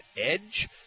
edge